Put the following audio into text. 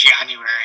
January